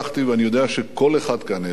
ואני יודע שכל אחד כאן העריך,